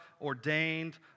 ordained